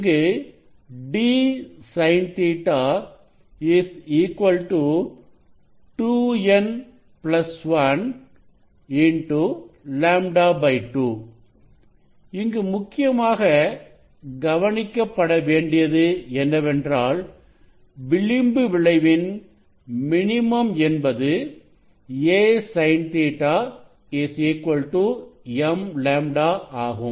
இங்கு d sin Ɵ 2n1 λ 2 இங்கு முக்கியமாக கவனிக்கப்பட வேண்டியது என்னவென்றால் விளிம்பு விளைவின் மினிமம் என்பது a sin Ɵ m λ ஆகும்